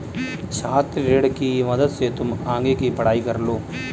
छात्र ऋण की मदद से तुम आगे की पढ़ाई कर लो